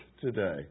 today